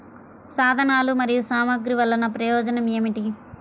సాధనాలు మరియు సామగ్రి వల్లన ప్రయోజనం ఏమిటీ?